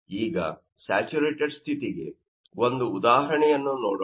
ಈಗ ಸ್ಯಾಚುರೇಟೆಡ್ ಸ್ಥಿತಿಗೆ ಒಂದು ಉದಾಹರಣೆಯನ್ನು ನೋಡೋಣ